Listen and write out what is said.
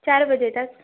چار بجے تک